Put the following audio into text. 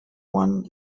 one